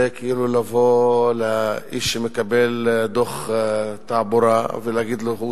זה כאילו לבוא לאיש שמקבל דוח תעבורה ולהגיד לו שהוא